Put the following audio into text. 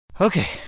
Okay